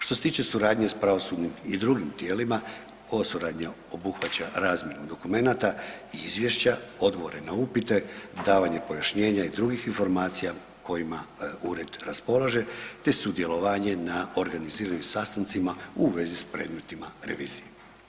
Što se tiče suradnje s pravosudnim i drugim tijelima, ova suradnja obuhvaća razmjenu dokumenata i izvješća, odgovore na upite, davanje pojašnjenja i drugih informacija, kojima ured raspolaže, te sudjelovanje na organiziranim sastancima u vezi s predmetima revizije.